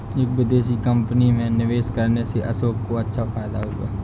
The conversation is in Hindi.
एक विदेशी कंपनी में निवेश करने से अशोक को अच्छा फायदा हुआ